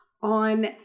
on